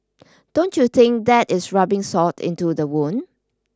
don't you think that is rubbing salt into the wound